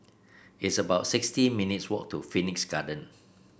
it's about sixty minutes' walk to Phoenix Garden